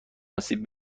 آسیب